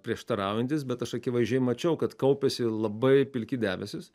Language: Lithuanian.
prieštaraujantys bet aš akivaizdžiai mačiau kad kaupiasi labai pilki debesys